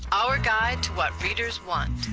our guide to what readers want.